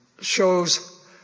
shows